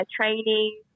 training